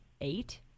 eight